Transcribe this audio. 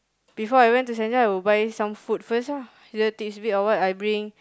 before I went to Saint-John I would buy some food first ah either tidbits or what I bring